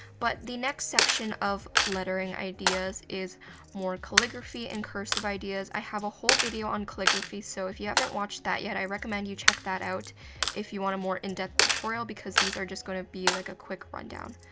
but the next section of lettering ideas is more calligraphy and cursive ideas. i have a whole video on calligraphy, so if you haven't watched that yet, i recommend you check that out if you want a more in-depth tutorial, because these are just gonna be like quick run-down.